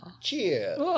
Cheers